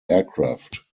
aircraft